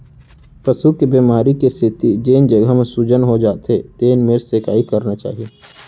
पसू के बेमारी के सेती जेन जघा म सूजन हो जाथे तेन मेर सेंकाई करना चाही